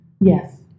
Yes